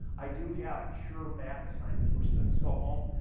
i do have pure math assignments where students go home,